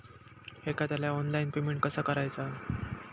एखाद्याला online payment कसा करायचा?